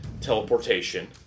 teleportation